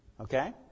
Okay